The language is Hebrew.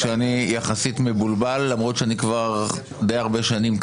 אני מודה שאני יחסית מבולבל למרות שאני כבר די הרבה שנים כאן.